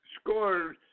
score –